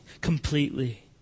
completely